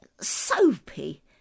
Soapy